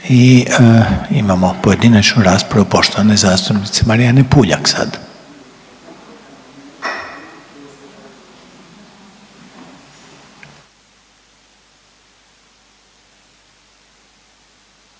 i imamo pojedinačnu raspravu poštovane zastupnice Marijane Puljak sad.